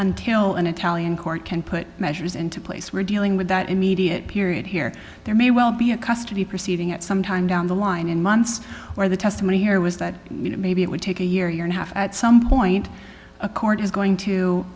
until an italian court can put measures into place we're dealing with that immediate period here there may well be a custody proceeding at some time down the line in months or the testimony here was that maybe it would take a year year and a half at some point a court is going to